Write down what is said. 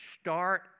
Start